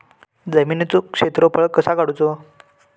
जमिनीचो क्षेत्रफळ कसा काढुचा?